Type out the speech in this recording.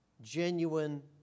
genuine